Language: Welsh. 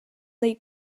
neu